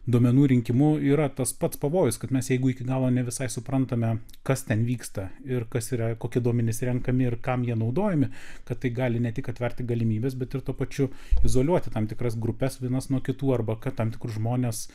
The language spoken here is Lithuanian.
duomenų rinkimu yra tas pats pavojus kad mes jeigu iki galo ne visai suprantame kas ten vyksta ir kas yra kokie duomenys renkami ir kam jie naudojami kad tai gali ne tik atverti galimybes bet ir tuo pačiu izoliuoti tam tikras grupes vienas nuo kitų arba kad tam tikrus žmones